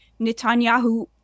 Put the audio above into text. Netanyahu